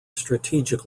strategic